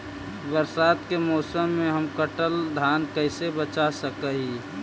बरसात के मौसम में हम कटल धान कैसे बचा सक हिय?